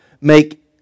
Make